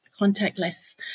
contactless